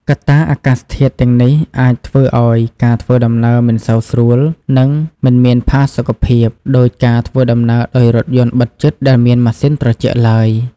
កត្តាអាកាសធាតុទាំងនេះអាចធ្វើឱ្យការធ្វើដំណើរ មិនសូវស្រួល និងមិនមានផាសុខភាព ដូចការធ្វើដំណើរដោយរថយន្តបិទជិតដែលមានម៉ាស៊ីនត្រជាក់ឡើយ។